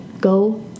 Go